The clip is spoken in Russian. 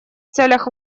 целях